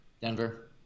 Denver